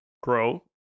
grow